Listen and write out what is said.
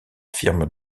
firme